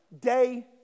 day